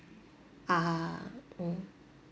ah mm